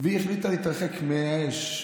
והיא החליטה להתרחק מהאש,